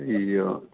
അയ്യോ